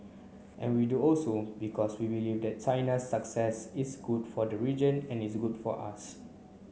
and we do also because we believe that China's success is good for the region and is good for us